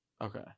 Okay